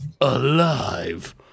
alive